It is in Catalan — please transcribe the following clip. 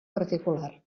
particular